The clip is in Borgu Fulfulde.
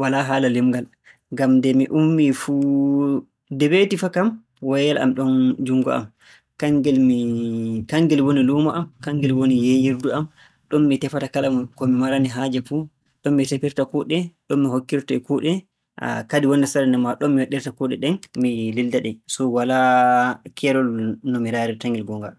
walaa haala limngal ngam nde mi ummii fuu - nde weeti fa kam, woyayel am ɗon junngo am, kanngel mi - kanngel woni luumo am, kanngel woni yeeyirdu am. Ɗon mi tefa kala mo- ko mi marani haaje fuu, ɗon mi tefirta kuuɗe. Ɗon mi hokkirtee kuuɗe. Kadi wonnde sarde ndenmaa ɗon mi waɗirta kuuɗe ɗen, mi lilda-ɗe. So walaa keerol no raarirta-ngel goonga.